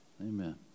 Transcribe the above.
Amen